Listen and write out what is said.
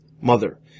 Mother